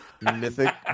mythic